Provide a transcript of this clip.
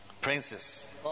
Princess